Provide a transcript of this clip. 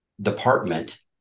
department